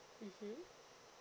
mmhmm